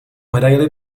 medaili